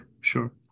Sure